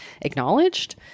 acknowledged